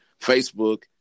Facebook